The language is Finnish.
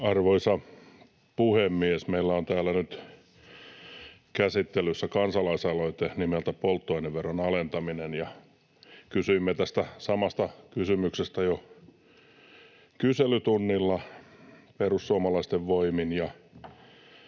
Arvoisa puhemies! Meillä on täällä nyt käsittelyssä kansalais-aloite nimeltä ”Polttoaineveron alentaminen”, ja kysyimme tästä samasta kysymyksestä jo kyselytunnilla perussuomalaisten voimin.